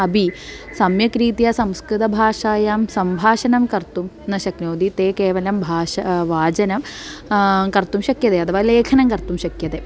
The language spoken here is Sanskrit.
अपि सम्यक् रीत्या संस्कृतभाषायां सम्भाषणं कर्तुं न शक्नोति ते केवलं भाषा वाचनं कर्तुं शक्यते अथवा लेखनं कर्तुं शक्यते